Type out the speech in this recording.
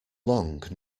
long